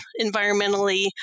environmentally